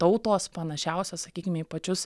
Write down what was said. tautos panašiausios sakykim į pačius